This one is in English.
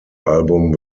album